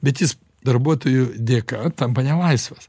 bet jis darbuotojų dėka tampa nelaisvas